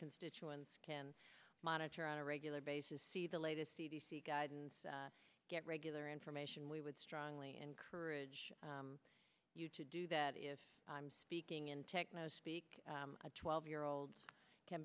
constituents can monitor on a regular basis see the latest c d c guidance get regular information we would strongly encourage you to do that if i'm speaking in techno speak a twelve year old can